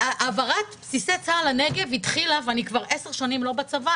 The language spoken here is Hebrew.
העברת בסיסי צה"ל לנגב ואני כבר עשר שנים לא בצבא,